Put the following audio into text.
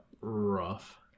rough